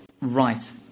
Right